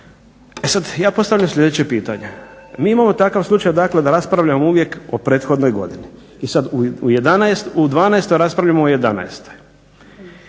E sad, ja postavljam sljedeće pitanje, mi imamo takav slučaj dakle da raspravljamo uvijek o prethodnoj godini i sad u 2012. raspravljamo o 2011.,